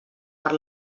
per